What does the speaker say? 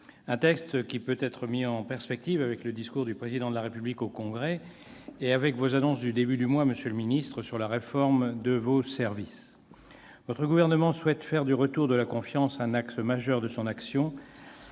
un texte qui peut être mis en perspective avec le discours du Président de la République devant le Congrès et avec vos annonces datant du début du mois, monsieur le secrétaire d'État, sur la réforme de vos services. Le Gouvernement souhaite faire du retour de la confiance un axe majeur de son action.